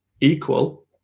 equal